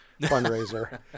fundraiser